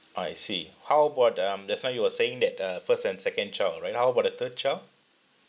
I see how about um just now you were saying that uh first and second child right how about the third child